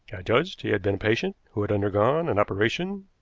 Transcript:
i judged he had been a patient who had undergone an operation,